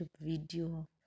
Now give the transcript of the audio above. video